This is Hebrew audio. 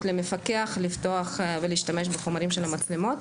למפקח לפתוח ולהשתמש בחומרים של המצלמות